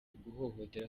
guhohotera